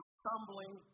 stumbling